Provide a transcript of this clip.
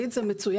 הצבעה ממוחשבת.